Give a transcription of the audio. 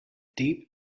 deep